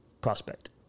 prospect